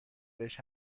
بهش